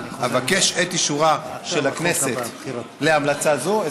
אבקש את אישורה של הכנסת להמלצה זו.